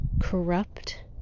corrupt